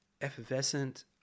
effervescent